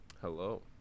hello